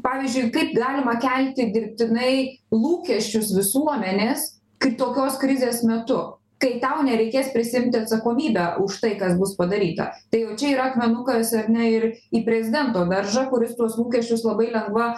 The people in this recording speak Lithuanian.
pavyzdžiui kaip galima kelti dirbtinai lūkesčius visuomenės kaip tokios krizės metu kai tau nereikės prisiimti atsakomybę už tai kas bus padaryta tai jau čia yra akmenukas ar ne ir į prezidento daržą kuris tuos lūkesčius labai lengva